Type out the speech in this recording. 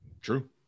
True